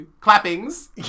clappings